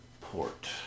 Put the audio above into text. port